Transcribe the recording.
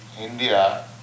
India